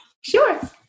Sure